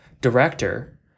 director